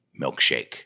milkshake